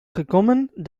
gekomen